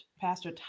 pastor